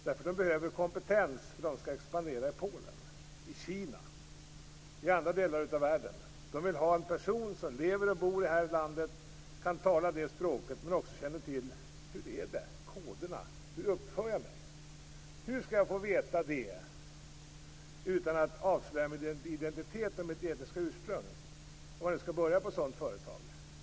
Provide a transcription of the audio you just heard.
De behöver detta därför att de skall expandera i Polen, i Kina eller i andra delar av världen. De vill ha en person som lever och bor i det här landet, som kan tala landets språk men som också känner till hur det är där. Hur är koderna? Hur uppför jag mig? Hur skall arbetsgivaren få veta detta utan att den som skall börja på ett sådant företag avslöjar sin identitet och sitt etniska ursprung?